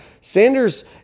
Sanders